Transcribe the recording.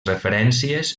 referències